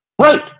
Right